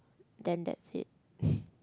then that is